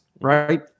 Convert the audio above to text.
right